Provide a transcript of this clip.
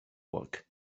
walk